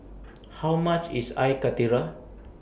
How much IS Air Karthira